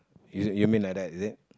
you you mean like that is it